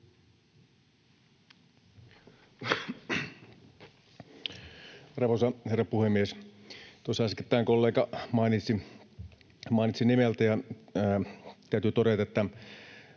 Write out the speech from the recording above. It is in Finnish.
herra puhemies! Tuossa äskettäin kollega mainitsi nimeltä, ja täytyy todeta, että